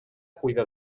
cuida